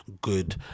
good